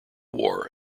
war